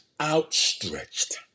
outstretched